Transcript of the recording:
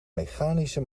mechanische